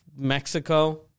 Mexico